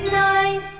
nine